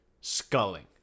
Sculling